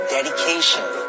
Dedication